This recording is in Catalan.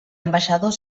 ambaixador